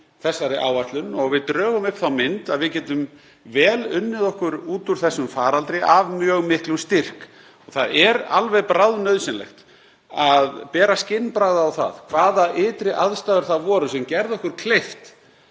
þessari áætlun og við drögum upp þá mynd að við getum vel unnið okkur út úr þessum faraldri af mjög miklum styrk. Það er bráðnauðsynlegt að bera skynbragð á það hvaða ytri aðstæður það voru sem gerðu okkur kleift